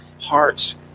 hearts